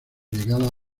llegada